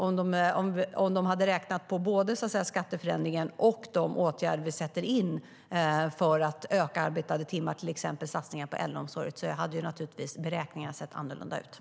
Om de hade räknat både på skatteförändringen och på de åtgärder vi vidtar för att öka antalet arbetade timmar, till exempel satsningar på äldreomsorg, hade beräkningarna naturligtvis sett annorlunda ut.